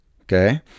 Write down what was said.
okay